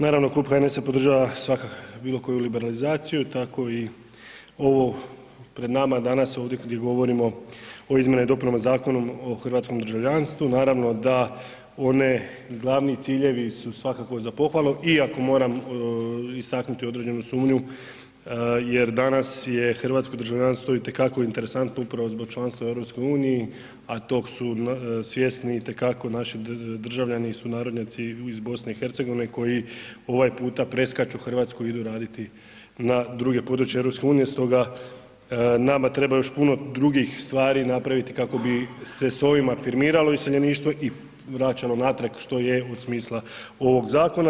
Naravno klub HNS-a podržava bilo koju liberalizaciju tako i ovo pred nama danas ovdje gdje govorimo o Izmjenama i dopunama Zako ao hrvatskom državljanstvu naravno da oni glavni ciljevi su svakako za pohvalu iako moram istaknuti određenu sumnju jer danas je hrvatsko državljanstvo itekako interesantno upravo zbog članstva u EU a tog su svjesni itekako naši državljani i sunarodnjaci iz BiH koji ovaj puta preskaču Hrvatsku, idu raditi na druga područja EU stoga nama treba još puno drugih stvari napraviti kako bi se s ovim afirmiralo iseljeništvo i vraćalo natrag što je u smislu ovog zakona.